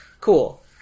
Cool